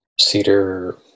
Cedar